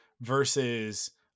versus